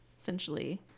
essentially